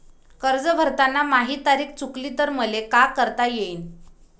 कर्ज भरताना माही तारीख चुकली तर मले का करता येईन?